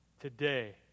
today